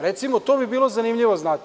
Recimo, to bi bilo zanimljivo znati.